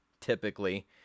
typically